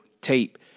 tape